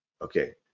Okay